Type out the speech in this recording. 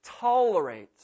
tolerate